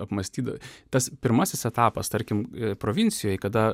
apmąstydavai tas pirmasis etapas tarkim provincijoj kada